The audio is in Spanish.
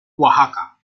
oaxaca